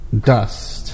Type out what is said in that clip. dust